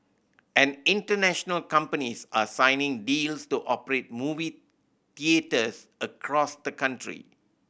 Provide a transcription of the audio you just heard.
and international companies are signing deals to operate movie theatres across the country